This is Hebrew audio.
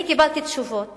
אני קיבלתי תשובות